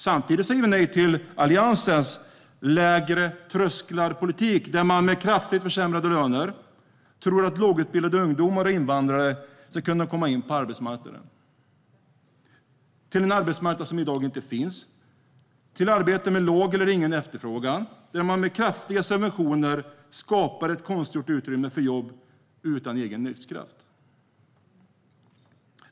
Samtidigt säger vi nej till Alliansens politik med lägre trösklar, där man med kraftigt försämrade löner tror att lågutbildade ungdomar och invandrare ska kunna komma in på arbetsmarknaden - till en arbetsmarknad som i dag inte finns och till arbeten med låg eller ingen efterfrågan. Med kraftiga subventioner vill man skapa ett konstgjort utrymme för jobb utan egen livskraft.